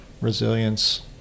Resilience